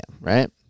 right